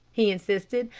he insisted.